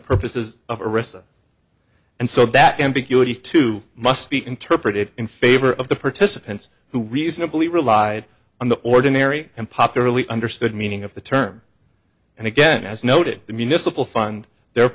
purposes of a recess and so that ambiguity too must be interpreted in favor of the participants who reasonably relied on the ordinary and popularly understood meaning of the term and again as noted the municipal fund their